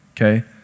okay